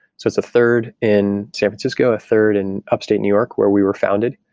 so it's third in san francisco, a third in upstate new york where we were founded,